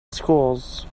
schools